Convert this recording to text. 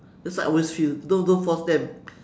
that's what I always feel don't don't force them